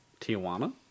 Tijuana